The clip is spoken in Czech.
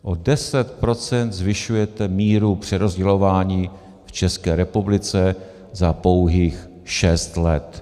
O 10 % zvyšujete míru přerozdělování v České republice za pouhých šest let.